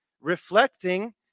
reflecting